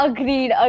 Agreed